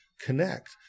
connect